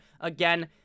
again